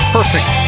Perfect